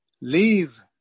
leave